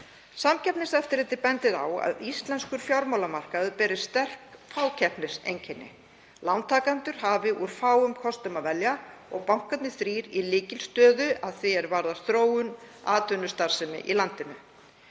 Samkeppniseftirlitið bendir á að íslenskur fjármálamarkaður beri sterk fákeppniseinkenni, lántakendur hafi úr fáum kostum að velja og bankarnir þrír séu í lykilstöðu að því er varðar þróun atvinnustarfsemi í landinu.